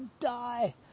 die